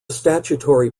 statutory